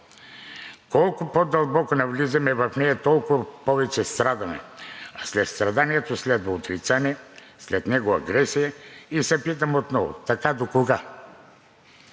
Колкото по-дълбоко навлизаме в нея, толкова повече страдаме, а след страданието следва отрицание, след него агресия и се питам отново: така докога?!